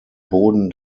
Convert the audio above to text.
boden